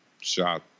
shot